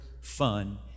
fun